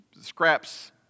scraps